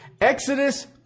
Exodus